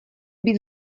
být